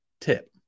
tip